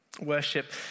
Worship